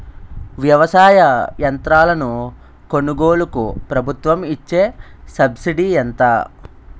వ్యవసాయ యంత్రాలను కొనుగోలుకు ప్రభుత్వం ఇచ్చే సబ్సిడీ ఎంత?